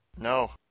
No